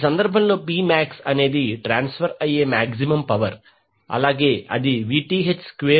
ఈ సందర్భంలో Pmax అనేది ట్రాన్స్ఫర్ అయ్యే మాక్సిమం పవర్ అలాగే అది Vth square by 8 into Rth